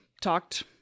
talked